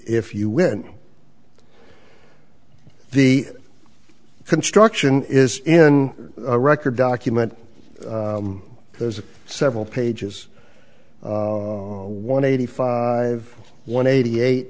if you when the construction is in a record document there's several pages one eighty five one eighty eight